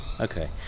Okay